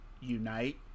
unite